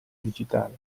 digitale